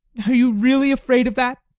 are you really afraid of that?